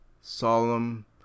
solemn